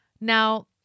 Now